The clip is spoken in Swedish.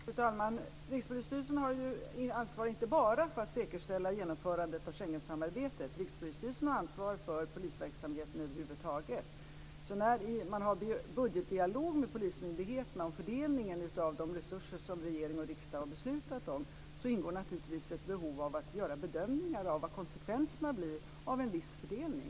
Fru talman! Rikspolisstyrelsen ansvarar inte bara för att säkerställa genomförandet av Schengensamarbetet. Rikspolisstyrelsen har ansvar för polisverksamheten över huvud taget. När man har budgetdialog med polismyndigheterna om fördelningen av de resurser som regering och riksdag har beslutat om ingår naturligtvis ett behov av att göra bedömningar av vilka konsekvenserna blir av en viss fördelning.